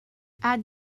add